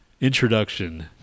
Introduction